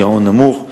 גירעון נמוך,